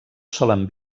solen